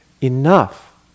enough